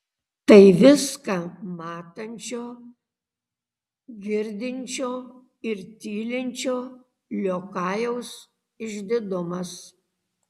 tai viską matančio girdinčio ir tylinčio liokajaus išdidumas